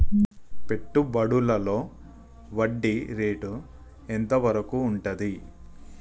పెట్టుబడులలో వడ్డీ రేటు ఎంత వరకు ఉంటది?